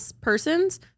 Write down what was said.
persons